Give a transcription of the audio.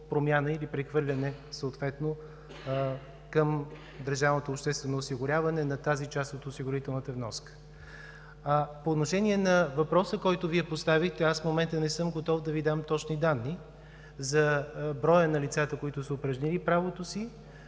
промяна или прехвърляне съответно към държавното обществено осигуряване на тази част от осигурителната вноска. По отношение на въпроса, който Вие поставихте, аз в момента не съм готов да Ви дам точни данни – за броя на лицата, които са упражнили правото си,